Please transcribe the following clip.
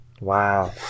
Wow